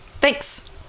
thanks